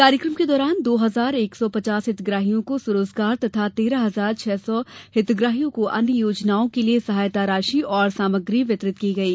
कार्यक्रम के दौरान दो हजार एक सौ पचास हितग्प्रहियों को स्वरोजगार तथा तेरह हजार छह सौ हितग्राहियों को अन्य योजनाओं के लिये सहायता राशि एवं सामग्री वितरित की गयी